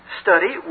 study